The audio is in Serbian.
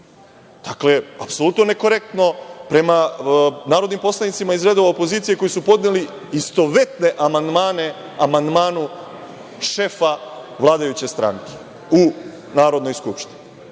Dakle, apsolutno nekorektno prema narodnim poslanicima iz redova opozicije koji su podneli istovetne amandmane amandmanu šefa vladajuće stranke u Narodnoj skupštini. Dakle,